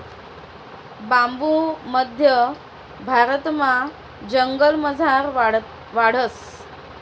बांबू मध्य भारतमा जंगलमझार वाढस